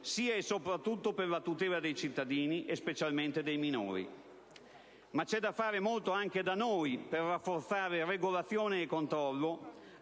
sia, e soprattutto, per la tutela dei cittadini, specialmente dei minori. Ma c'è da fare molto anche da noi per rafforzare regolazione e controllo,